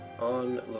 on